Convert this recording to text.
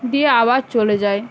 দিয়ে আবার চলে যায়